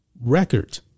record